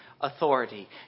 authority